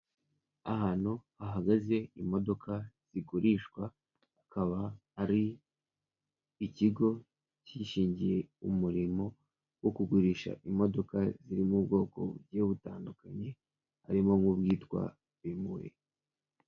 Ahantu hahagaze imodoka zigurishwa hakaba hari ikigo cyishingiye umurimo wo kugurisha imodoka ziri mu bwoko bugiye butandukanye harimo nk'ubwitwa bimuwe.